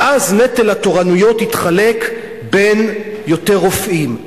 ואז נטל התורנויות יתחלק בין יותר רופאים.